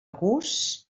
gust